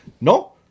No